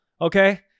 Okay